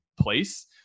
place